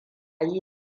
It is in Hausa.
yi